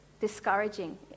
discouraging